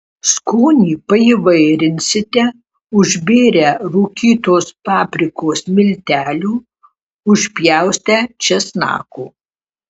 skonį paįvairinsite užbėrę rūkytos paprikos miltelių užpjaustę česnako